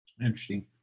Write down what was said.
Interesting